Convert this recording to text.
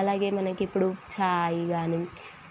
అలాగే మనకి ఇప్పుడు చాయ్ కానీ